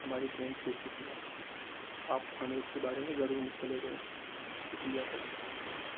ہماری ٹرین چھوٹ چکی ہے آپ ہمیں اس کے بارے میں ضرور مطلع کریں شکریہ سر